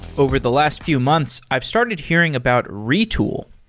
over the last few months, i've started hearing about retool.